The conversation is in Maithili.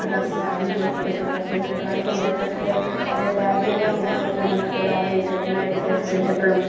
हदाससँ किछु भी होइ सकय छै पेशेन्टके गार्जियन देखय छिकै जे गर्जियनोके नहि ओतना हिम्मतवला रहय छै तऽ नहि अथी कहि सकय हइ तऽ